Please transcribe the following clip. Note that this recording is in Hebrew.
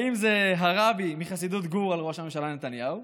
האם זה הרבי מחסידות גור על ראש הממשלה נתניהו,